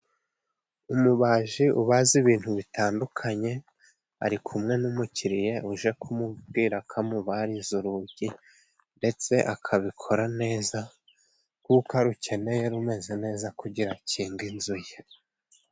Umubaji ubaza ibintu bitandukanye ari kumwe n'umukiriya uje kumubwira ko amubariza urugi ndetse akabikora neza kuko arukeneye rumeze neza kugira akinge inzu ye.